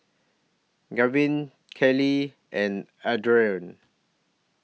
Gavyn Kaye and Ardeth